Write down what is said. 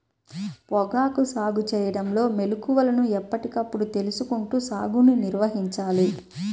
పొగాకు సాగు చేయడంలో మెళుకువలను ఎప్పటికప్పుడు తెలుసుకుంటూ సాగుని నిర్వహించాలి